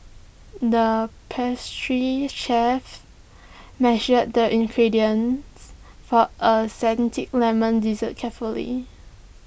the pastry chef measured the ingredients for A Lemon Dessert carefully